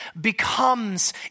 becomes